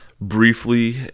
briefly